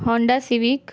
Honda civic